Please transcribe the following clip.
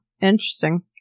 interesting